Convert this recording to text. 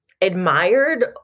admired